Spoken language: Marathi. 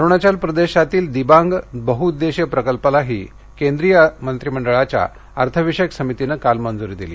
अरुणाचल प्रदेशातील दिबांग बहुउद्देशीय प्रकल्पालाही केंद्रीय मंत्री मंडळाच्या अर्थविषयक समितीनं काल मंजूरीदिली